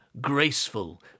graceful